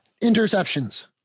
interceptions